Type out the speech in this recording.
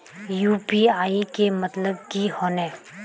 UPI के मतलब की होने?